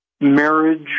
marriage